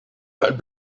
and